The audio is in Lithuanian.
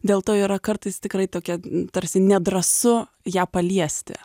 dėl to yra kartais tikrai tokia tarsi nedrąsu ją paliesti